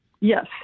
yes